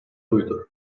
buydu